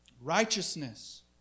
righteousness